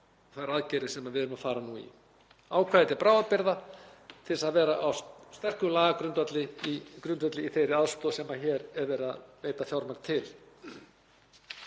og þær aðgerðir sem við erum að fara nú í, ákvæði til bráðabirgða til að vera á sterkum lagagrundvelli í þeirri aðstoð sem hér er verið að veita fjármagn til.